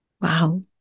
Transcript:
wow